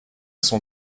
son